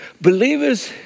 believers